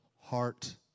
heart